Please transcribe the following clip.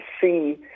see